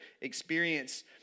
experience